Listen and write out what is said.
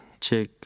check